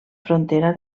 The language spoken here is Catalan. frontera